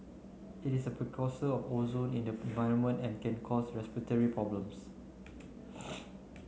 it is a precursor of ozone in the environment and can cause respiratory problems